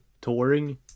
touring